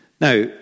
Now